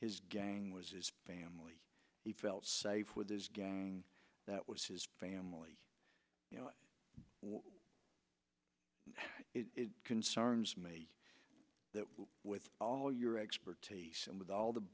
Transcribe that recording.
his gang his family he felt safe with his gang that was his family you know and it concerns me that with all your expertise and with all the